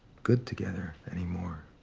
good together anymore.